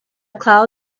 cloud